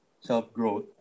self-growth